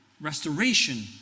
restoration